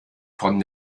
von